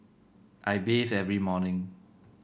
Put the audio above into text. I bathe every morning